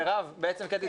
מירב, קטי